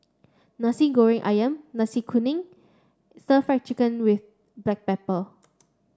Nasi Goreng Ayam Nasi Kuning Stir Fry Chicken with Black Pepper